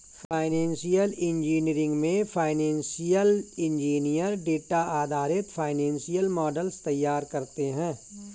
financial engineering में financial engineer data आधारित financial models तैयार करते है